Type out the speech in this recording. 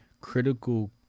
critical